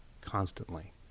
constantly